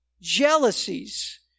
jealousies